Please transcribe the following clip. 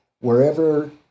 wherever